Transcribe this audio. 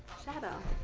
shadow,